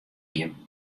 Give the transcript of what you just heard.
gjin